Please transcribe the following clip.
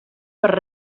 per